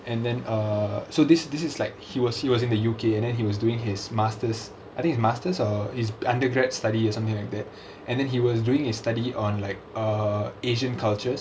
and then err so this this is like he was he was in the U_K and then he was doing his master's I think his master's or his undergraduate study or something like that and then he was doing a study on like err asian cultures